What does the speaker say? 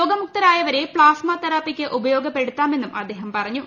രോഗ മുക്തരായവരെ പ്താസ്മ തെറാപ്പിക്ക് ഉപയോഗപ്പെടുത്താമെന്നും അദ്ദേഹം പറഞ്ഞു